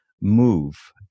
move